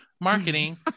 marketing